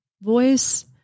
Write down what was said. voice